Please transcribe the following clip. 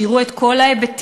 שיראו את כל ההיבטים,